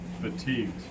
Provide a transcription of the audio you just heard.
fatigued